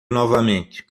novamente